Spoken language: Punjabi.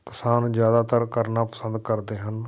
ਕਿਸਾਨ ਜ਼ਿਆਦਾਤਰ ਕਰਨਾ ਪਸੰਦ ਕਰਦੇ ਹਨ